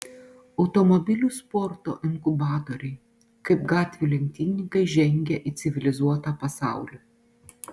automobilių sporto inkubatoriai kaip gatvių lenktynininkai žengia į civilizuotą pasaulį